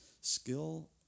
skill